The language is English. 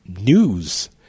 news